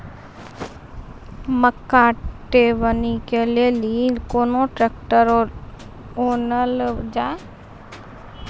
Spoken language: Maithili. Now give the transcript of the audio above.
मक्का टेबनी के लेली केना ट्रैक्टर ओनल जाय?